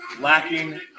lacking